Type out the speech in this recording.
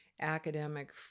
Academic